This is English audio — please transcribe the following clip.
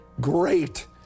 great